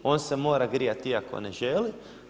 On se mora grijati iako ne želi.